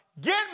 get